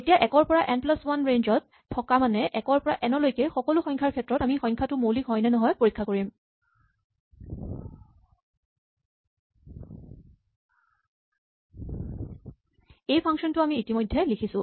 এতিয়া একৰ পৰা এন প্লাচ ৱান ৰেঞ্জ ত থকা মানে একৰ পৰা এন লৈকে সকলো সংখ্যাৰ ক্ষেত্ৰত আমি সংখ্যাটো মৌলিক হয় নে নহয় পৰীক্ষা কৰিম এই ফাংচন টো আমি ইতিমধ্যে লিখিছো